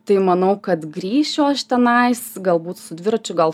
tai manau kad grįšiu aš tenai galbūt su dviračiu gal